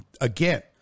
Again